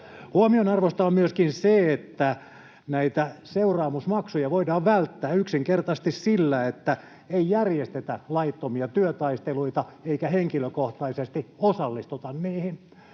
Huomionarvoista on myöskin se, että näitä seuraamusmaksuja voidaan välttää yksinkertaisesti sillä, että ei järjestetä laittomia työtaisteluita eikä henkilökohtaisesti osallistuta niihin.